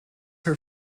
her